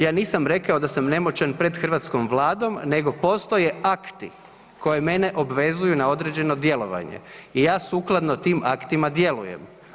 Ja nisam rekao da sam nemoćan pred hrvatskom Vladom nego postoje akti koje mene obvezuju na određeno djelovanje i ja sukladno tim aktima djelujem.